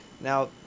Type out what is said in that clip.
Now